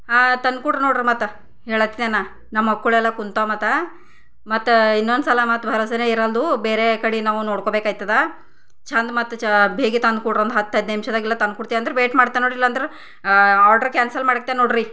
ಹಾಂ ತಂದ್ಕೊಡ್ರಿ ನೋಡ್ರಿ ಮತ್ತೆ ಹೇಳತ್ತಿದೇನ ನಮ್ಮ ಮಕ್ಕಳೆಲ್ಲ ಕುಂತವೆ ಮತ್ತೆ ಮತ್ತೆ ಇನ್ನೊಂದ್ಸಲ ಮತ್ತೆ ಭರೋಸಾನೇ ಇರಲ್ದು ಬೇರೆ ಕಡೆ ನಾವು ನೋಡ್ಕೊಬೇಕಾಯ್ತದೆ ಚೆಂದ ಮತ್ತೆ ಬೇಗ ತಂದು ಕೊಡ್ರಿ ಒಂದು ಹತ್ತು ಹದಿನೈದು ನಿಂಶಾದ್ಗೆಲ್ಲ ತಂದು ಕೊಡ್ತಿಯ ಅಂದ್ರೆ ವೈಟ್ ಮಾಡ್ತೆ ನೋಡಿ ಇಲ್ಲಾಂದ್ರೆ ಆರ್ಡರ ಕ್ಯಾನ್ಸಲ್ ಮಾಡಾಕ್ತೇ ನೋಡಿರಿ